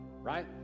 right